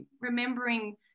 remembering